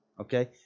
okay